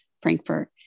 Frankfurt